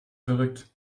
verrückt